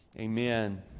Amen